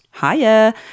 hiya